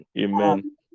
Amen